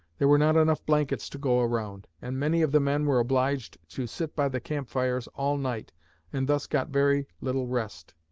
there were not enough blankets to go around, and many of the men were obliged to sit by the camp fires all night and thus got very little rest.